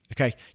Okay